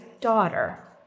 daughter